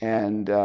and.